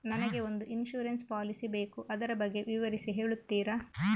ನನಗೆ ಒಂದು insurance policy ಬೇಕು ಅದರ ಬಗ್ಗೆ ವಿವರಿಸಿ ಹೇಳುತ್ತೀರಾ?